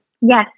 Yes